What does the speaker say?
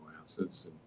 acids